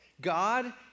God